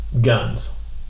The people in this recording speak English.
guns